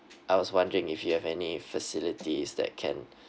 I was wondering if you have any facilities that can